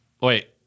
Wait